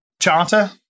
charter